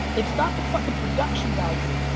it's not the fucking production value,